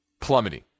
plummeting